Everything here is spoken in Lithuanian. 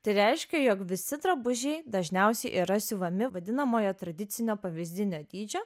tai reiškia jog visi drabužiai dažniausiai yra siuvami vadinamojo tradicinio pavyzdinio dydžio